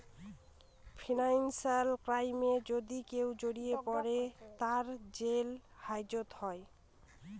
financial ক্রাইমে যদি কেউ জড়িয়ে পরে, তার জেল হাজত হয়